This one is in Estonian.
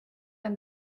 end